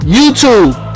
YouTube